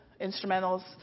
instrumentals